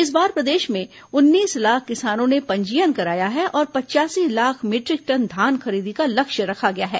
इस बार प्रदेश में उन्नीस लाख किसानों ने पंजीयन कराया है और पचयासी लाख मीटरिक टन धान खरीदी का लक्ष्य रखा गया है